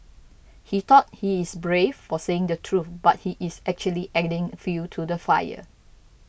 he thought he's brave for saying the truth but he's actually adding fuel to the fire